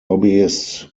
hobbyists